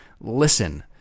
listen